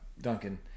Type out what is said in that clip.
Duncan